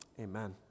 Amen